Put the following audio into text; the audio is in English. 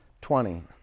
twenty